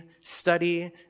study